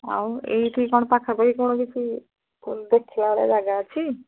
ଆଉ ଏଇଠି କ'ଣ ପାଖାପଖି କ'ଣ କିଛି ଦେଖିଲା ଭଳି ଜାଗା ଅଛି